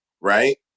right